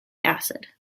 acid